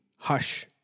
hush